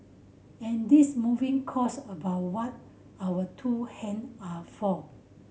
and this moving quotes about what our two hand are for